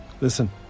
Listen